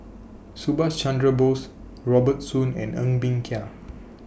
Subhas Chandra Bose Robert Soon and Ng Bee Kia